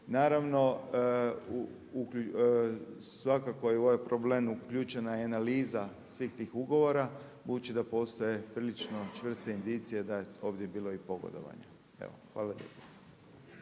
Naravno svakako je u ovaj problem uključena i analiza svih tih ugovora budući da postoje prilično čvrste indicije da je ovdje bilo i pogodovanja. Evo,